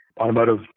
Automotive